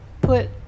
put